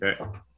Okay